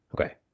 Okay